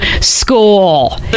school